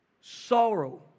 sorrow